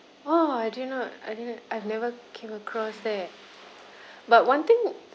oh I didn't know I didn't I've never came across there but one thing